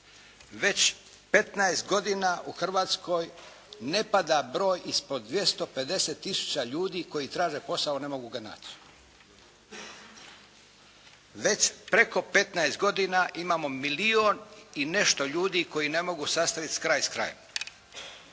petnaest godina u Hrvatskoj ne pada broj ispod 250 tisuća ljudi koji traže posao a ne mogu ga naći. Već preko petnaest godina imamo milijun i nešto ljudi koji ne mogu sastaviti kraj s krajem.